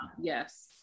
yes